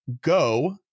go